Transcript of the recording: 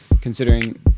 considering